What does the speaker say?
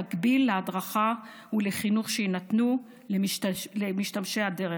במקביל להדרכה ולחינוך שיינתנו למשתמשי הדרך,